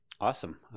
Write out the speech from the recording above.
Awesome